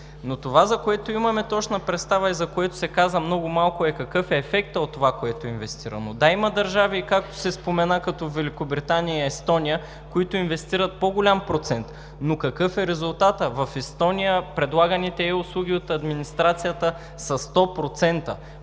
Но това, за което имаме точна представа и за което се каза много малко, е какъв е ефектът от това, което е инвестирано. Да, има държави, както се спомена, като Великобритания и Естония, които инвестират по-голям процент, но какъв е резултатът? В Естония предлаганите е-услуги от администрацията са 100%.